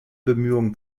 bemühungen